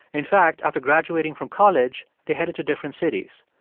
in fact, after graduating from college, they headed to different cities.